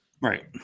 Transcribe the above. Right